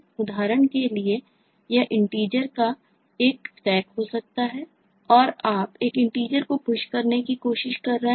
उदाहरण के लिए यह integers का एक Stack हो सकता है और आप एक interger को Push करने की कोशिश कर रहे हैं